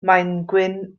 maengwyn